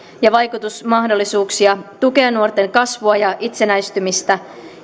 ja vaikutusmahdollisuuksia tukea nuorten kasvua ja itsenäistymistä